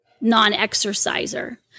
non-exerciser